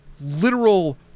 literal